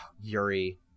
Yuri